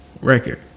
record